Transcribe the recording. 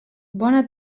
bona